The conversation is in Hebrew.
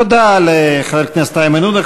תודה לחבר הכנסת איימן עודה.